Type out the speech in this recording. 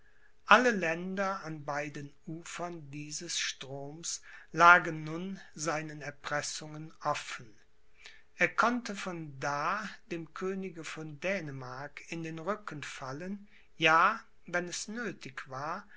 alle länder an beiden ufern dieses stroms lagen nun seinen erpressungen offen er konnte von da dem könige von dänemark in den rücken fallen ja wenn es nöthig war